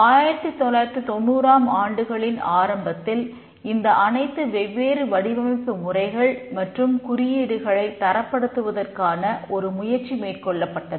1990ம் ஆண்டுகளின் ஆரம்பத்தில் இந்த அனைத்து வெவ்வேறு வடிவமைப்பு முறைகள் மற்றும் குறியீடுகளை தரப்படுத்துவதற்கான ஒரு முயற்சி மேற்கொள்ளப்பட்டது